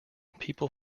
people